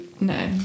No